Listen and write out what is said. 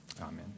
Amen